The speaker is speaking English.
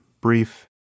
brief